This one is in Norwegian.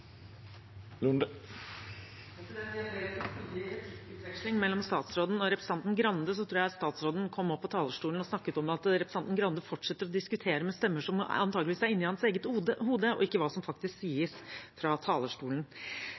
mellom statsråden og representanten Grande tror jeg statsråden kom opp på talerstolen og snakket om at representanten Grande fortsetter å diskutere med stemmer som antageligvis er inni hans eget hode, og ikke hva som faktisk sies fra talerstolen.